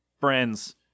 friends